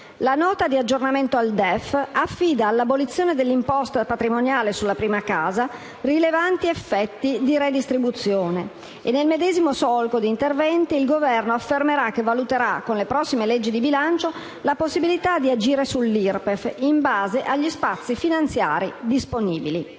La Nota di aggiornamento al DEF affida all'abolizione dell'imposta patrimoniale sulla prima casa rilevanti effetti di redistribuzione. Nel medesimo solco di interventi, il Governo afferma che valuterà con le prossime leggi di bilancio la possibilità di agire sull'IRPEF in base agli spazi finanziari disponibili.